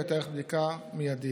ותיערך בדיקה מיידית.